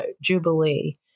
jubilee